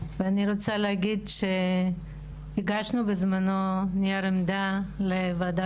ואני רוצה להגיד שהגשנו בזמנו נייר עמדה לוועדה